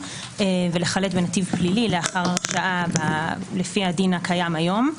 ולחלט בנתיב פלילי לאחר הרשעה לפי הדין הקיים כיום,